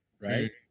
right